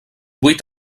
vuit